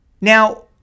Now